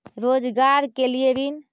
रोजगार के लिए ऋण?